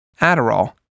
Adderall